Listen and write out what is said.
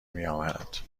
میاورد